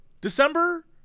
December